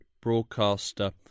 broadcaster